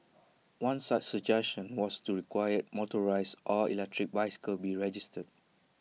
one such suggestion was to require motorised or electric bicycles be registered